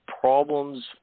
problems